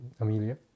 Amelia